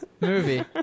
movie